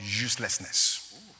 uselessness